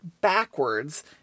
backwards